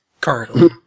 currently